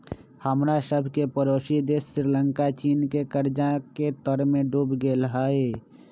हमरा सभके पड़ोसी देश श्रीलंका चीन के कर्जा के तरमें डूब गेल हइ